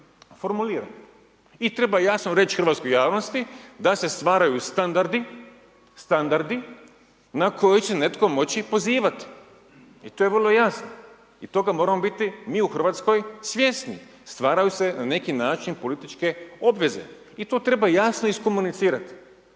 I treba jasno reći hrvatskoj javnosti da se stvaraju standardi na koji će netko moći pozivati i to je vrlo jasno i toga moramo biti mi u RH svjesni, stvaraju se na neki način političke obveze i to treba jasno iskomunicirati